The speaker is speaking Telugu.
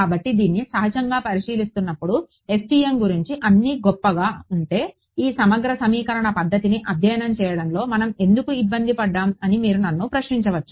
కాబట్టి దీన్ని సహజంగా పరిశీలిస్తున్నప్పుడు FEM గురించి అన్నీ గొప్పగా ఉంటే ఈ సమగ్ర సమీకరణ పద్ధతిని అధ్యయనం చేయడంలో మనం ఎందుకు ఇబ్బంది పడ్డాం అని మీరు నన్ను ప్రశ్నించవచ్చు